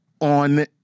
on